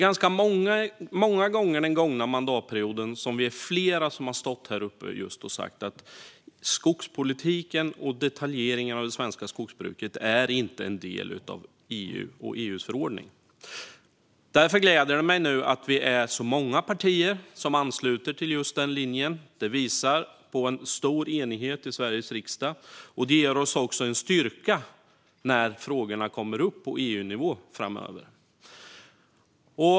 Under den gångna mandatperioden har vi varit flera som ganska många gånger har stått här och sagt att skogspolitiken och detaljeringen av det svenska skogsbruket inte är en del av EU och EU:s förordning. Därför gläder det mig nu att det är många partier som ansluter sig till just den linjen. Det visar på en stor enighet i Sveriges riksdag, och det ger oss en styrka när frågorna kommer upp på EU-nivå framöver.